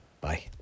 bye